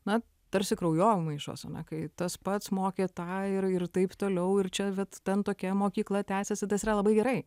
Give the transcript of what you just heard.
na tarsi kraujomaišos kai tas pats mokė tą ir taip toliau ir čia vat ten tokia mokykla tęsiasi tas yra labai gerai